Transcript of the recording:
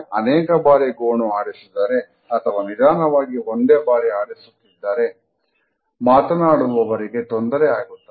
ಅನೇಕ ಬಾರಿ ಗೋಣು ಆಡಿಸಿದರೆ ಅಥವಾ ನಿಧಾನವಾಗಿ ಒಂದೇ ಬಾರಿ ಆಡಿಸುತ್ತಿದ್ದರೆ ಮಾತನಾಡುವವರಿಗೆ ತೊಂದರೆ ಆಗುತ್ತದೆ